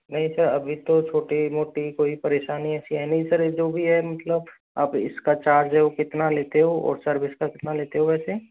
नहीं सर अभी तो छोटी मोटी कोई परेशानी ऐसी है ना सर जो भी है मतलब आप इसका चार्ज कितना लेते हो और सर्विस का कितना लेते हो वैसे